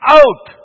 out